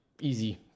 easy